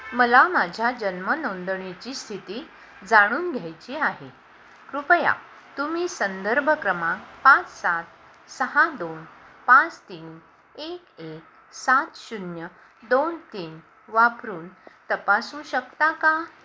मला माझ्या जन्म नोंदणीची स्थिती जाणून घ्यायची आहे कृपया तुम्ही संदर्भ क्रमांक पाच सात सहा दोन पाच तीन एक एक सात शून्य दोन तीन वापरून तपासू शकता का